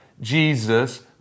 Jesus